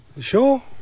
sure